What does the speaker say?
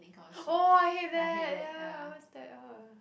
oh I hate that ya what's that !ugh!